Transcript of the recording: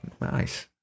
Nice